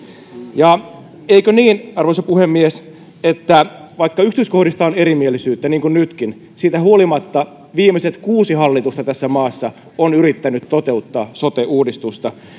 ja eikö niin arvoisa puhemies että vaikka yksityiskohdista on erimielisyyttä niin kuin nytkin siitä huolimatta viimeiset kuusi hallitusta tässä maassa ovat yrittäneet toteuttaa sote uudistusta